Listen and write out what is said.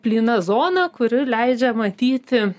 plyna zona kuri leidžia matyti